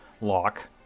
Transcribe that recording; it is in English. lock